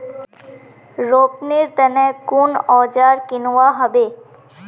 रोपनीर तने कुन औजार किनवा हबे